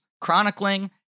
chronicling